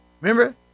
Remember